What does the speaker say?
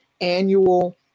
annual